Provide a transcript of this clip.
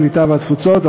הקליטה והתפוצות,